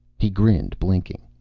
he grinned, blinking.